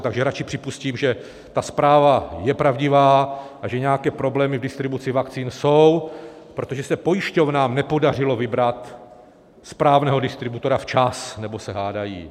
Takže radši připustím, že ta zpráva je pravdivá a že nějaké problémy v distribuci vakcín jsou, protože se pojišťován nepodařilo vybrat správného distributora včas nebo se hádají.